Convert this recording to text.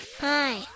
Hi